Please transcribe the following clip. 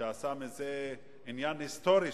שהוא עשה מזה עניין היסטורי,